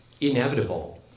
inevitable